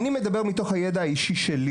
אני מדבר מתוך הידע האישי שלי